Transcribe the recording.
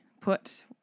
put